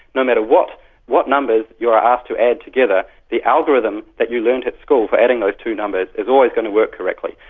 no matter what what numbers you are asked to add together, the algorithm that you learned at school for adding those like two numbers is always going to work correctly.